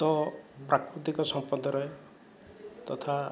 ତ ପ୍ରାକୃତିକ ସମ୍ପଦରେ ତଥା